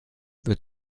wird